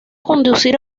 conducir